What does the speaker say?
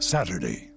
Saturday